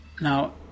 Now